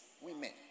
women